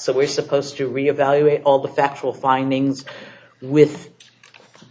so we're supposed to re evaluate all the factual findings with